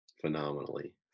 phenomenally